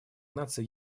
наций